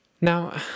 Now